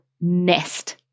nest